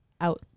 out